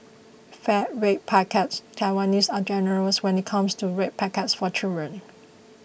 fat red packets Taiwanese are generous when it comes to red packets for children